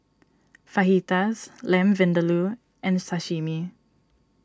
Fajitas Lamb Vindaloo and Sashimi